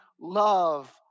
love